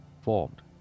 formed